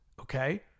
okay